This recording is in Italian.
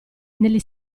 negli